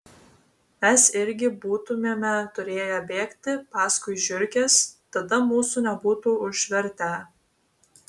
mes irgi būtumėme turėję bėgti paskui žiurkes tada mūsų nebūtų užvertę